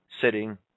sitting